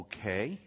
Okay